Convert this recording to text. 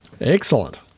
Excellent